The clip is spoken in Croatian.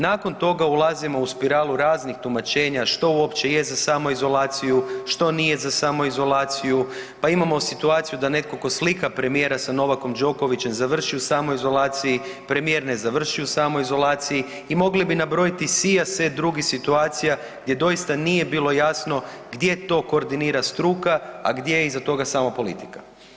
Nakon toga ulazimo u spiralu raznih tumačenja što uopće je za samoizolaciju, što nije za samoizolaciju, pa imamo situaciju da netko tko slika premijera sa Novakom Đokovićem završi u samoizolaciji, premijer ne završi u samoizolaciji i mnogi bi nabrojiti sijaset drugih situacija gdje doista nije bilo jasno gdje to koordinira struka, a gdje iza toga samo politika.